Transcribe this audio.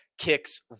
kicks